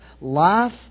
life